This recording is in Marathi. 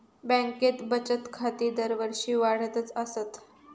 बँकेत बचत खाती दरवर्षी वाढतच आसत